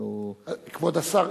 כבוד השר,